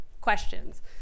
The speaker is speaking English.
questions